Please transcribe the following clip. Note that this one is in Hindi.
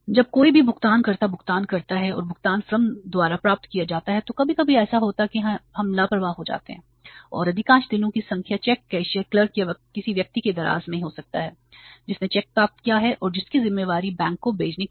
जब कोई भी भुगतानकर्ता भुगतान करता है और भुगतान फर्म द्वारा प्राप्त किया जाता है तो कभी कभी ऐसा होता है हम लापरवाह हो जाते हैं और अधिकांश दिनों की संख्या चेक कैशियर क्लर्क या व्यक्ति के दराज मैं हो सकता हैजिसने चेक प्राप्त किया है और जिसकी जिम्मेदारी बैंक को भेजने की है